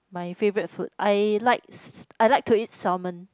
my favorite food I likes I like to eat salmon